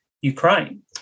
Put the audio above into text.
Ukraine